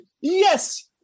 Yes